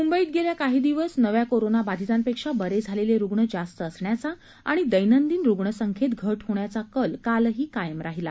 मुंबईत गेल्या काही दिवस नव्या कोरोनाबाधितांपेक्षा बरे झालेले रुग्ण जास्त असण्याचा आणि दैनंदिन रुग्णसंख्येत घट होण्याचा कल कालही कायम राहिला